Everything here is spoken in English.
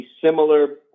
similar